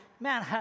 man